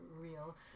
real